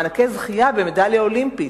מענקי זכייה במדליה אולימפית.